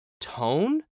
tone